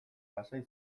lasai